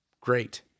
great